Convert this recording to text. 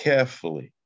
Carefully